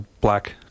black